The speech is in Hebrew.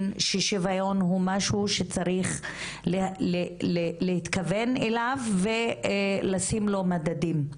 ששוויון הוא משהו שצריך להתכוון אליו ולשים לו מדדים.